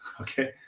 Okay